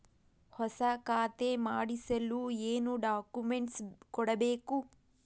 ಹೊಸ ಖಾತೆ ಮಾಡಿಸಲು ಏನು ಡಾಕುಮೆಂಟ್ಸ್ ಕೊಡಬೇಕು?